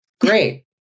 great